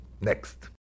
Next